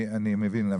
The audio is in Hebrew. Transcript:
אני מבין.